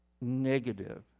negative